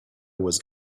was